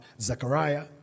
Zechariah